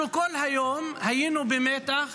אנחנו כל היום היינו במתח